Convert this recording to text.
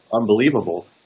unbelievable